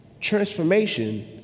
Transformation